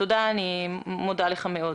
אני מודה לך מאוד.